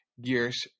Gears